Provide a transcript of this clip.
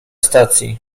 stacji